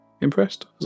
impressed